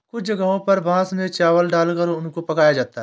कुछ जगहों पर बांस में चावल डालकर उनको पकाया जाता है